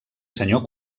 senyor